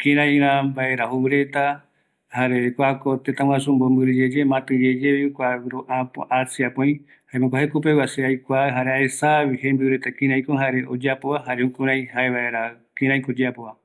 kïraïko oyaporetava, se mabetɨ aikua mbate jaevaera jembiureta regua